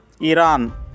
Iran